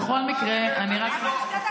בכל מקרה, אני רק אסיים.